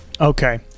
Okay